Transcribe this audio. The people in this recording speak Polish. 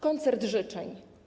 Koncert życzeń.